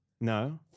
No